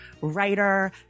writer